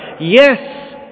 Yes